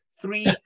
three